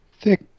thick